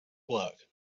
work